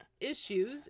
issues